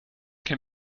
can